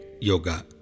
yoga